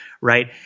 Right